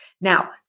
Now